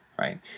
Right